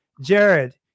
Jared